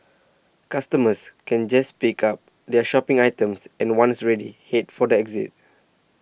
customers can just pick up their shopping items and once ready head for the exit